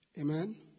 Amen